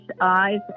eyes